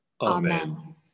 Amen